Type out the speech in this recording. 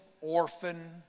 orphan